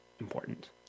important